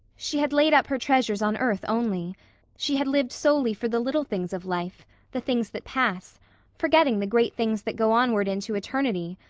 she had laid up her treasures on earth only she had lived solely for the little things of life the things that pass forgetting the great things that go onward into eternity,